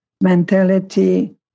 mentality